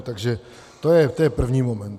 Takže to je první moment.